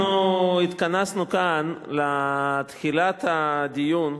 אנחנו התכנסנו כאן לתחילת הדיון,